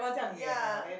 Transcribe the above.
ya